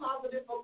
positive